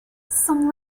some